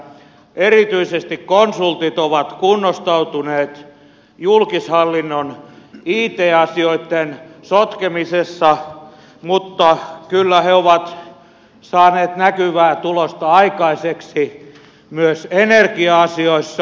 erityisesti konsultit ovat kunnostautuneet julkishallinnon it asioitten sotkemisessa mutta kyllä he ovat saaneet näkyvää tulosta aikaiseksi myös energia asioissa